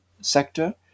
sector